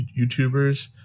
YouTubers